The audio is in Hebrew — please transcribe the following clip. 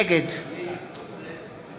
נגד